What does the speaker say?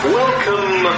welcome